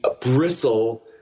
bristle